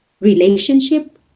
relationship